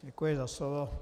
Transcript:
Děkuji za slovo.